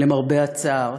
למרבה הצער.